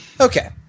Okay